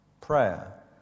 Prayer